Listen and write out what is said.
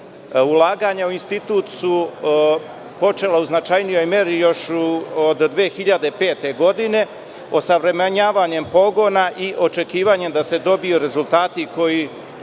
Ulaganja u Institut su počela u značajnijoj meri još od 2005. godine osavremenjavanjem pogona i očekivanjem da se dobiju rezultati koji